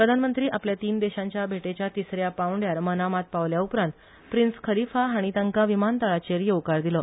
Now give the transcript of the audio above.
प्रधानमंत्री आपल्या तीन देशांच्या भेटेच्या तिसऱ्या पांवडयार ते मनामात पावले उपरांत प्रीन्स खलीफा हाणी तांका विमानतळाचेर येवकार दिलो